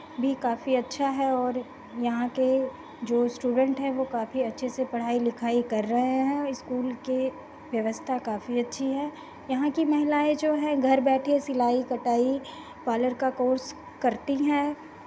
भी काफ़ी अच्छा है और यहाँ के जो इस्टूडेंट हैं वो काफ़ी अच्छे से पढ़ाई लिखाई कर रहे हैं इस्कूल की व्यवस्था काफ़ी अच्छी है यहाँ की महिलाऍं जो हैं घर बैठे सिलाई कटाई पार्लर का कोर्स करती हैं